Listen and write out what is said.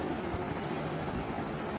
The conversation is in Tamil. உங்களுக்கு நன்றி